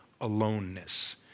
aloneness